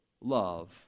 love